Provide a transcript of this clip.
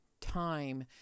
time